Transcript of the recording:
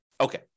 Okay